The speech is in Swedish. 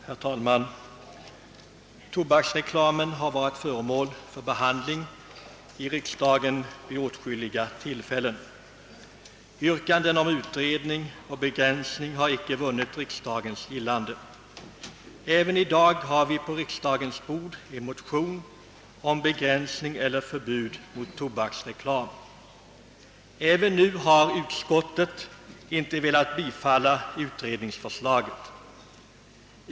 Herr talman! Tobaksreklamen har varit föremål för behandling i riksdagen vid åtskilliga tillfällen. Yrkanden om utredning om begränsning har icke vunnit riksdagens gillande. Även i dag har vi på riksdagens bord en motion om begränsning eller förbud mot tobaksreklam. Inte heller nu har utskottet velat tillstyrka utredningsförslaget.